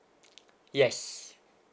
yes